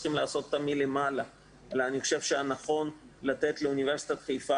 צריכים לעשות אותה מלמעלה אלא אני חושב שהנכון לתת לאוניברסיטת חיפה